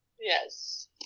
Yes